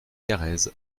carrez